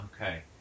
okay